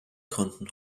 konnten